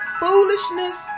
foolishness